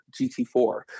GT4